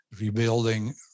Rebuilding